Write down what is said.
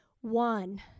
One